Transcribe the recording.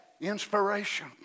Inspiration